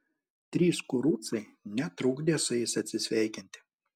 trys kurucai netrukdė su jais atsisveikinti